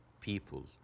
people